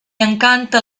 encanta